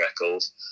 records